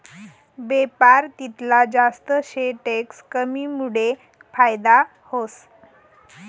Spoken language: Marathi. बेपार तितला जास्त शे टैक्स कमीमुडे फायदा व्हस